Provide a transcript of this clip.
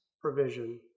provision